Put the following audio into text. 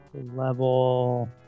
level